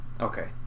okay